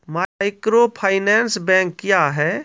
Microfinance bank क्या हैं?